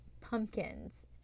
pumpkins